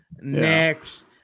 Next